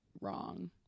wrong